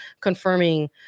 confirming